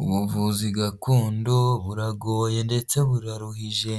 Ubuvuzi gakondo buragoye ndetse buraruhije,